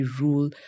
rule